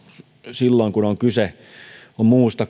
silloin kun on kyse muusta